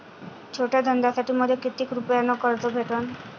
छोट्या धंद्यासाठी मले कितीक रुपयानं कर्ज भेटन?